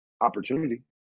opportunity